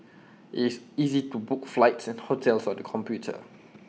IT is easy to book flights and hotels on the computer